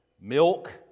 milk